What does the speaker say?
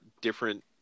different